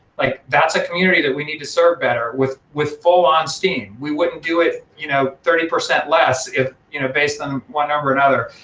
like that's a community that we need to serve better with with full on steam. we wouldn't do it you know thirty percent less you know based on one number or another.